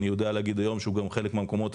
אני יודע להגיד היום שגם חלק מהמקומות